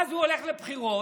אז הוא הולך לבחירות.